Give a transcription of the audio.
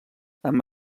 amb